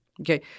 Okay